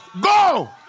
Go